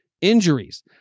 injuries